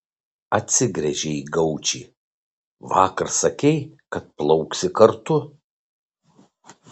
atsigręžė į gaučį vakar sakei kad plauksi kartu